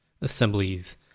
assemblies